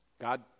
god